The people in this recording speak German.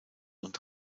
und